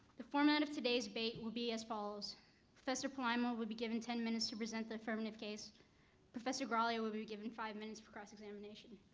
the format of today's debate will be as follows professor palaima will be given ten minutes to present the affirmative case professor graglia will be given five minutes for cross-examination.